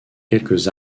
quelques